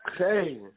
Okay